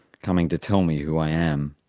coming to tell me who i am.